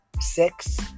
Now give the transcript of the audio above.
six